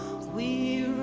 we